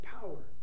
power